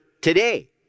today